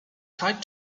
tight